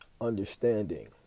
understanding